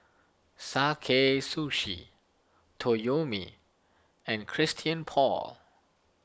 Sakae Sushi Toyomi and Christian Paul